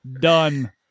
Done